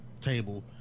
table